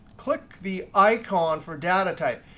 click the icon for data type.